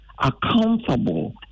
accountable